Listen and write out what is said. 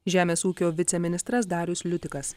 žemės ūkio viceministras darius liutikas